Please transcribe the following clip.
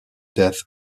death